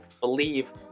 believe